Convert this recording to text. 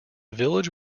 village